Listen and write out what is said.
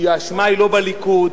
האשמה היא לא בליכוד,